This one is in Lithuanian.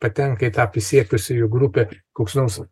patenka į tą prisiekusiųjų grupę koks nors